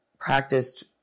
practiced